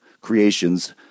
creations